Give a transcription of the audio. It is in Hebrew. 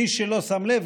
מי שלא שם לב,